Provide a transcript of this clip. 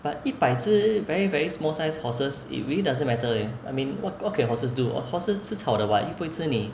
but 一百只 very very small size horses it really doesn't matter eh I mean what what can horses do horses 吃草的 [what] 不会吃你